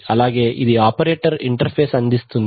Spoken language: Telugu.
అలాగే ఇది ఆపరేటర్ ఇంటర్ఫేస్ అందిస్తుంది